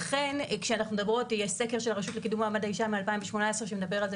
יש סקר של הרשות לקידום מעמד האישה מ-2018 שמדבר על זה